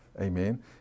Amen